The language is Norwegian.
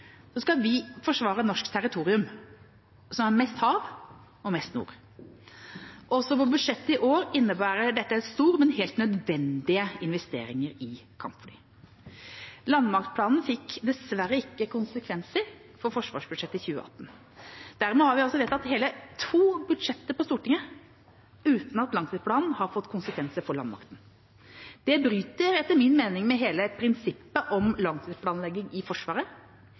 skal vi forsvare norsk territorium, som er mest hav og mest nord. Også budsjettet i år innebærer store, men helt nødvendige investeringer i kampfly. Landmaktplanen fikk dessverre ikke konsekvenser for forsvarsbudsjettet for 2018. Dermed har vi altså vedtatt hele to budsjetter på Stortinget uten at langtidsplanen har fått konsekvenser for landmakten. Det bryter etter min mening med hele prinsippet om langtidsplanlegging i Forsvaret.